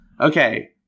Okay